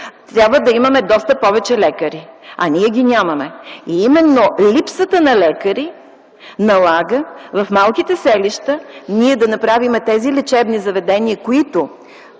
трябва да имаме доста повече лекари, а ние ги нямаме. Именно липсата на лекари налага в малките селища да направим тези лечебни заведения, които